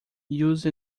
use